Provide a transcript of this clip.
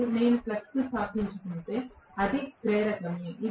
మరియు నేను ఫ్లక్స్ను స్థాపించుకుంటే అది ప్రేరకమే